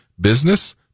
business